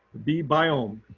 bee biome.